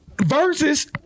Versus